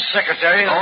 secretary